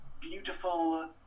beautiful